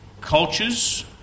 cultures